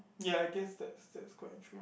ya I guess that's that's quite true